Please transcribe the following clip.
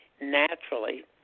Naturally